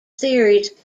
theories